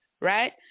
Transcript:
right